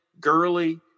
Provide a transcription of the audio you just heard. girly